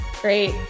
Great